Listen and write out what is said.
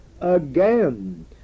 again